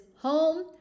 home